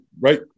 right